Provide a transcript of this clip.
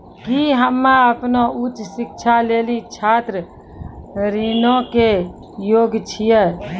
कि हम्मे अपनो उच्च शिक्षा लेली छात्र ऋणो के योग्य छियै?